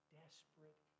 desperate